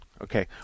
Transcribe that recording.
Okay